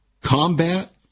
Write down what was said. combat